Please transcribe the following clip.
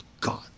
God